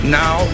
now